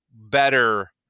better